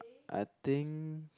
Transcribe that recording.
I think